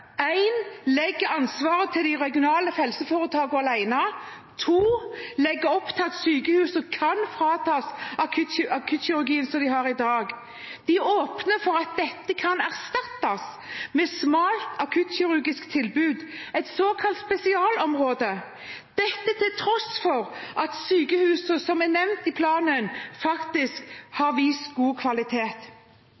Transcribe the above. legger ansvaret til de regionale helseforetakene alene, og for det andre at de legger opp til at sykehuset kan fratas akuttkirurgien som de har i dag. De åpner for at dette kan erstattes med et smalt akuttkirurgisk tilbud, et såkalt spesialområde – dette til tross for at sykehuset som er nevnt i planen, faktisk